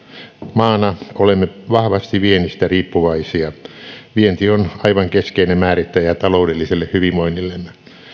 maana olemme vahvasti viennistä riippuvaisia vienti on aivan keskeinen määrittäjä taloudelliselle hyvinvoinnillemme